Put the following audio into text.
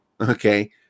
Okay